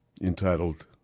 entitled